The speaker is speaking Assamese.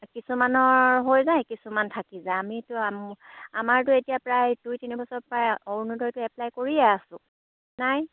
কিছুমানৰ হৈ যায় কিছুমান থাকি যায় আমিতো আমাৰতো এতিয়া প্ৰায় দুই তিনিবছৰৰ পৰা অৰুণোদয়টো এপ্লাই কৰিয়ে আছোঁ নাই